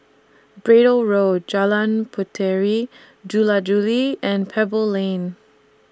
Braddell Road Jalan Puteri Jula Juli and Pebble Lane